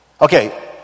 Okay